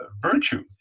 virtue